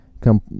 Come